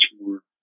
more